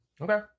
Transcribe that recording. Okay